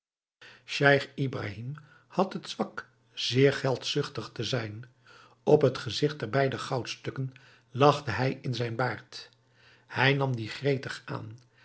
scheich ibrahim had het zwak zeer geldzuchtig te zijn op het gezigt der beide goudstukken lachte hij in zijn baard hij nam die gretig aan